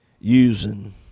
using